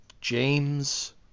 James